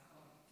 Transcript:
נכון,